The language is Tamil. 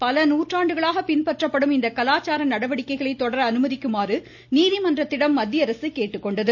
பல நூற்றாண்டுகளாக பின்பற்றப்படும் இந்த கலாச்சார நடவடிக்கைகளை தொடர அனுமதிக்குமாறு நீதிமன்றத்திடம் மத்திய அரசு கேட்டுக்கொண்டுள்ளது